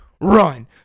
run